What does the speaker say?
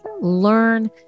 learn